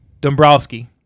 Dombrowski